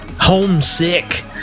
homesick